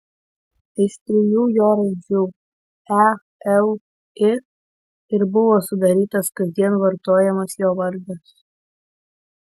iš trijų jo raidžių e l i ir buvo sudarytas kasdien vartojamas jo vardas